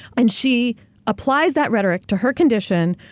and she applies that rhetoric to her condition,